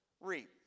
reap